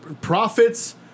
profits